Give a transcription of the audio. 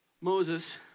Moses